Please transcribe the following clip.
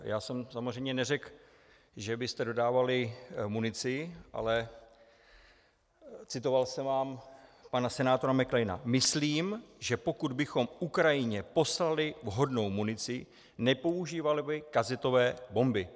Já jsem samozřejmě neřekl, že byste dodávali munici, ale citoval jsem vám pana senátora McCaina: Myslím, že pokud bychom Ukrajině poslali vhodnou munici, nepoužívali by kazetové bomby.